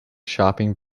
shopping